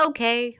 Okay